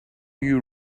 you